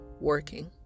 working